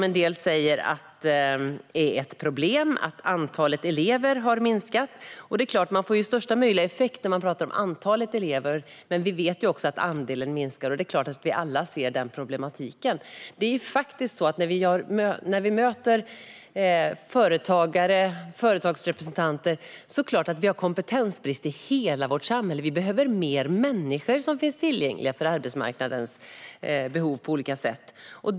En del säger att det är ett problem att antalet elever har minskat. Det är klart att man får största möjliga effekt när man talar om antalet elever. Men vi vet också att andelen minskar, och det är klart att vi alla ser denna problematik. När vi möter företagsrepresentanter framkommer det att vi har kompetensbrist i hela vårt samhälle. Vi behöver fler människor som finns tillgängliga för arbetsmarknadens behov på olika sätt.